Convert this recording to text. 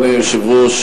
אדוני היושב-ראש,